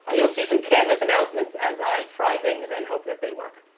ah you'll see some canvas announcements as i try things and hope that they work.